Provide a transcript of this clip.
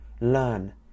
learn